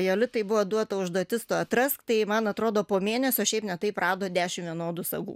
jolitai buvo duota užduotis tu atrask tai man atrodo po mėnesio šiaip ne taip rado dešimt vienodų sagų